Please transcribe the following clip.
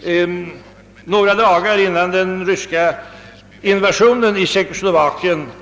TT-referat några dagar före den ryska invasionen i Tjeckoslovakien.